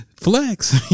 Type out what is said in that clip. flex